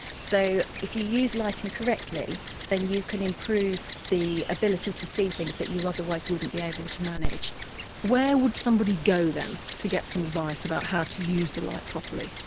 so, if you use lighting correctly then you can improve the ability to see things that you otherwise wouldn't be able to manage where would somebody go then to get some advice about how to use the light properly?